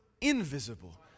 invisible